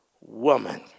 woman